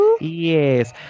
Yes